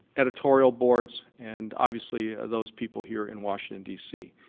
editorial boards, and obviously those people here in washington, d c.